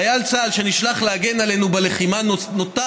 חייל צה"ל שנשלח להגן עלינו בלחימה נותר